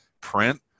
print